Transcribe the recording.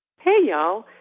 hey, y'all.